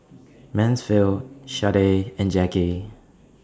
Mansfield Sharday and Jacki